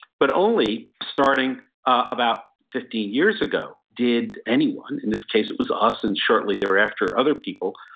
but only starting about fifteen years ago did anyone, in this case it was us. and shortly thereafter, other people.